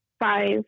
five